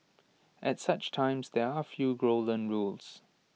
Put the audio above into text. at such times there are A few golden rules